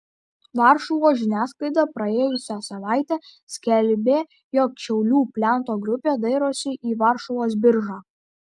varšuvos žiniasklaida praėjusią savaitę skelbė jog šiaulių plento grupė dairosi į varšuvos biržą